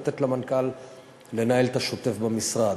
ולתת למנכ"ל לנהל את השוטף במשרד.